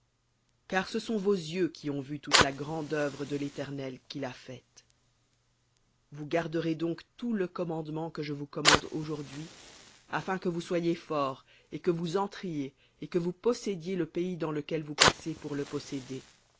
car ce sont vos yeux qui ont vu toute la grande œuvre de l'éternel qu'il a faite vous garderez donc tout le commandement que je vous commande aujourd'hui afin que vous soyez forts et que vous entriez et que vous possédiez le pays dans lequel vous passez pour le posséder